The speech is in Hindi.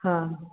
हाँ